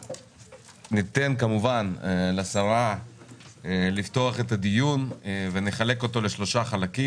ניתן לשרה לפתוח את הדיון ונחלק אותו לשלושה חלקים